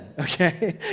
okay